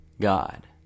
God